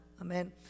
Amen